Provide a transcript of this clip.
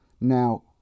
Now